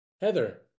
Heather